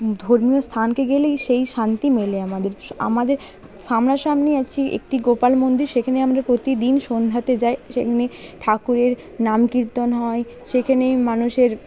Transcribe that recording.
ধর্মীয় স্থানকে গেলেই সেই শান্তি মেলে আমাদের আমাদের সামনা সামনি আছে একটি গোপাল মন্দির সেখানে আমরা প্রতিদিন সন্ধ্যেতে যাই সেখানে ঠাকুরের নাম কীর্তন হয় সেখানে মানুষের